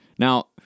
Now